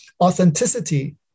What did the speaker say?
Authenticity